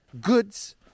goods